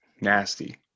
nasty